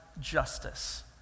Justice